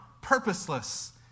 purposeless